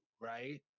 right